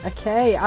Okay